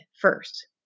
first